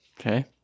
okay